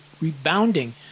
rebounding